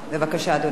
בבקשה, אדוני השר.